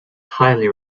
highly